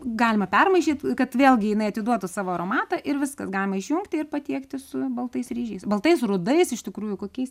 galima permaišyt kad vėlgi jinai atiduotų savo aromatą ir viskas galima išjungti ir patiekti su baltais ryžiais baltais rudais iš tikrųjų kokiais